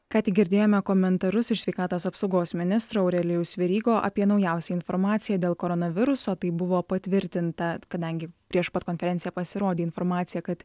ką tik girdėjome komentarus iš sveikatos apsaugos ministro aurelijaus verygo apie naujausią informaciją dėl koronaviruso tai buvo patvirtinta kadangi prieš pat konferenciją pasirodė informacija kad